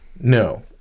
No